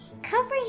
Cover